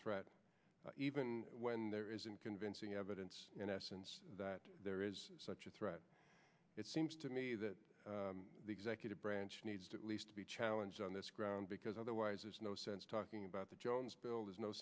threat even when there isn't convincing evidence in essence that there is such a threat it seems to me that the executive branch needs at least to be challenged on this ground because otherwise there's no sense talking about the jones buil